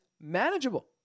manageable